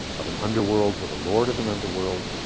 of an underworld, with the lord of an underworld,